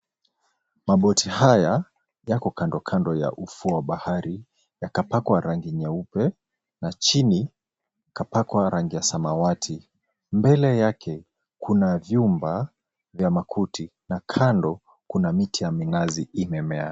Maboti haya yako kando kando ya ufuo wa bahari. Yakapakwa rangi nyeupe na chini kapakwa rangi ya samawati. Mbele yake kuna vyumba vya makuti na kando kuna miti ya minazi imemea.